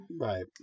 right